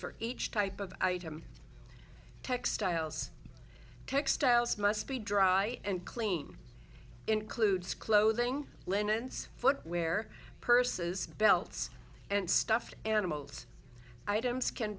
for each type of item textiles textiles must be dry and clean includes clothing linens footwear purses belts and stuffed animals items can